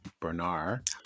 Bernard